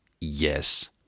Yes